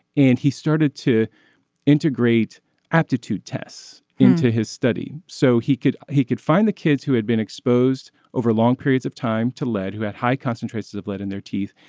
and he started to integrate aptitude tests into his study so he could he could find the kids who had been exposed over long periods of time to lead who had high concentrations of lead in their teeth.